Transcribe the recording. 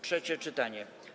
Trzecie czytanie.